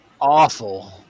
awful